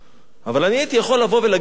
אבל אני הייתי יכול לבוא ולהגיד להם: תשמעו,